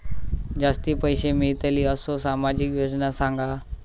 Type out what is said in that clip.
जास्ती पैशे मिळतील असो सामाजिक योजना सांगा?